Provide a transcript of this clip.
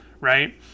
right